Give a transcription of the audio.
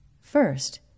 First